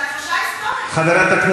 טרגי ככל שיהיה, לא